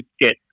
get